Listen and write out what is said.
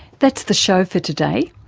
that's the show for today.